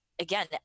again